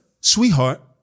sweetheart